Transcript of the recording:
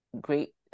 great